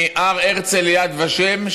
מהר הרצל ליד ושם,